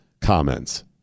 comments